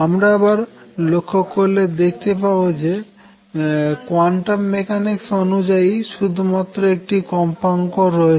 আমরা আবার লক্ষ্য করলে দেখতে পাবো যে কোয়ান্টাম মেকানিক্স অনুযায়ী শুধুমাত্র একটি কম্পাঙ্ক রয়েছে